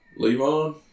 Levon